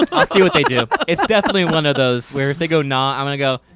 but i'll see what they do. it's definitely one of those where if they go, nah, i'm gonna go,